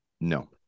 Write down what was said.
no